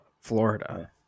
Florida